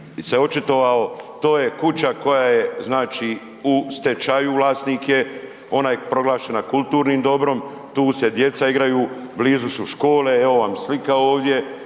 se očitovao, to je kuća koja je znači u stečaju, vlasnik je, ona je proglašena kulturnim dobrom, tu se djeca igraju, blizu su škole, evo sam slika ovdje,